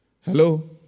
Hello